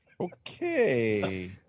Okay